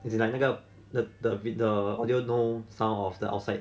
is it like 那个 the the bigger audio dorm sound of the outside